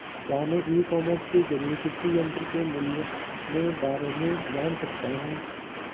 क्या मैं e commerce के ज़रिए कृषि यंत्र के मूल्य में बारे में जान सकता हूँ?